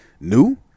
new